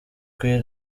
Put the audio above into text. kw’i